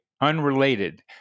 unrelated